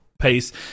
pace